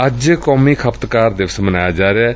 ਅੱਜ ਕੌਮੀ ਖਪਤਕਾਰ ਦਿਵਸ ਮਨਾਇਆ ਜਾ ਰਿਹੈ